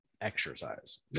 exercise